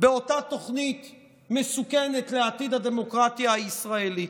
באותה תוכנית מסוכנת לעתיד הדמוקרטיה הישראלית.